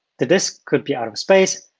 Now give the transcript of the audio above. the disk could be out of space.